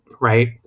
right